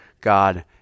God